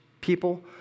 people